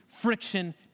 friction